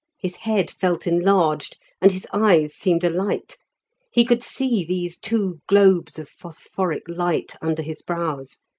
his head felt enlarged, and his eyes seemed alight he could see these two globes of phosphoric light under his brows.